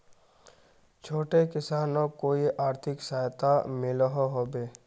छोटो किसानोक कोई आर्थिक सहायता मिलोहो होबे?